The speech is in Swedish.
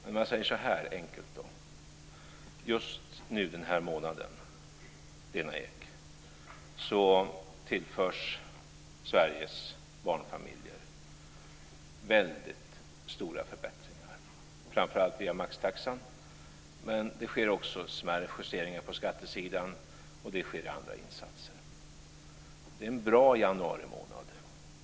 Låt mig säga så här för att göra det lite enkelt: Just den här månaden, Lena Ek, tillförs Sveriges barnfamiljer väldigt stora förbättringar, framför allt via maxtaxan, men det sker också smärre justeringar på skattesidan och även andra insatser. Det är en bra januarimånad.